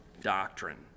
doctrine